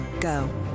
Go